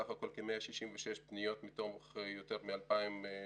בסך הכול כ-166 פניות מתוך יותר מ-2,200.